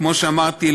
כמו שאמרתי,